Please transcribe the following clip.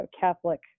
Catholic